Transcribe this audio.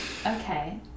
Okay